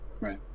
right